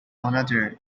another